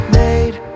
made